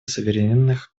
суверенных